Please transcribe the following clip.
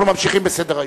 אנחנו ממשיכים בסדר-היום.